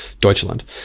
Deutschland